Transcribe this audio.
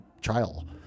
trial